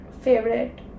favorite